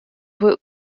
were